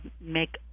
make